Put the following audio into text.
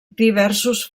diversos